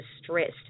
distressed